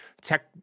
tech